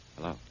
Hello